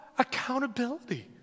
accountability